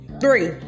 three